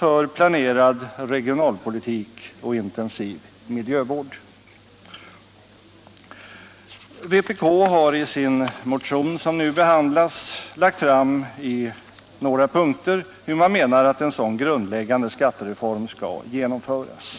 en planerad regionalpolitik och en intensiv miljövård. Vpk har i den motion som nu behandlas i några punkter visat hur en sådan grundläggande skattereform skall genomföras.